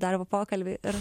darbo pokalbį ir